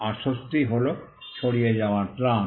আর স্বস্তি হল ছাড়িয়ে যাওয়ার ত্রাণ